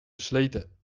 versleten